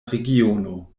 regiono